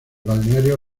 balneario